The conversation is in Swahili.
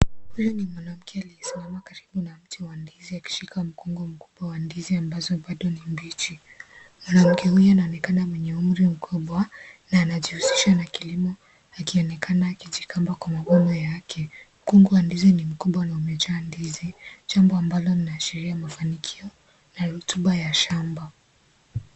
Huyu ni mwanamke aliyesimama karibu na mchi wa ndizi akishika mkungu mkubwa wa ndizi ambazo bado ni mbichi . Mwanamke huyu anaonekana mwenye umri mkubwa na anajihusisha na kilimo akionekana akijigamba kwa mavuno yake , mkungu wa ndizi ni mkubwa na umejaa ndizi , jambo ambalo linaashiria mafanikio na rotuba ya shamba .